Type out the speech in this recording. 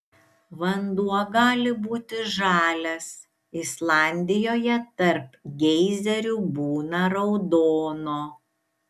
vanduo gali būti žalias islandijoje tarp geizerių būna raudono